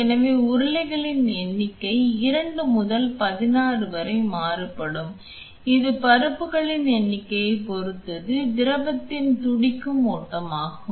எனவே உருளைகளின் எண்ணிக்கை 2 முதல் 16 வரை மாறுபடும் இது பருப்புகளின் எண்ணிக்கையைப் பொறுத்து திரவத்தின் துடிக்கும் ஓட்டமாகும்